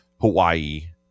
Hawaii